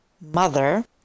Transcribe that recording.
Mother